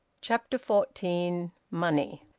chapter fourteen. money.